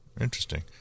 Interesting